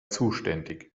zuständig